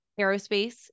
aerospace